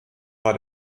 war